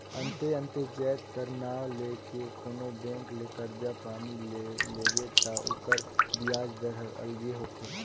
अन्ते अन्ते जाएत कर नांव ले के कोनो बेंक ले करजा पानी लेबे ता ओकर बियाज दर हर अलगे होथे